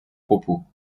propos